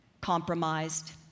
compromised